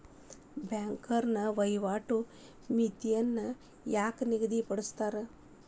ಬ್ಯಾಂಕ್ನೋರ ವಹಿವಾಟಿನ್ ಮಿತಿನ ಯಾಕ್ ನಿಗದಿಪಡಿಸ್ತಾರ